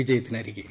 വിജയത്തിനരികെ